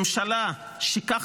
ממשלה שכך